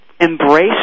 embrace